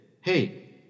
hey